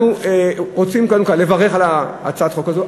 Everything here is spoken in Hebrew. אנחנו רוצים קודם כול לברך על הצעת החוק הזאת,